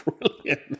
brilliant